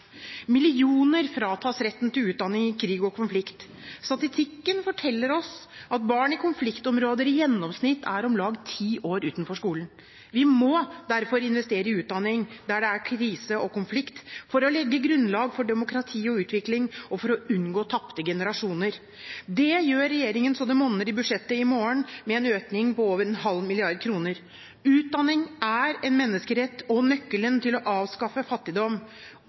Millioner fratas retten til utdanning i krig og konflikt. Statistikken forteller oss at barn i konfliktområder i gjennomsnitt er om lag ti år utenfor skolen. Vi må derfor investere i utdanning der det er krise og konflikt, for å legge grunnlag for demokrati og utvikling og for å unngå tapte generasjoner. Det gjør regjeringen så det monner i budsjettet i morgen, med en økning på over en halv milliard kroner. Utdanning er en menneskerett og nøkkelen til å avskaffe fattigdom.